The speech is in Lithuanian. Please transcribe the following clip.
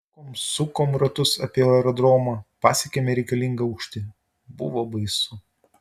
sukom sukom ratus apie aerodromą pasiekėme reikalingą aukštį buvo baisu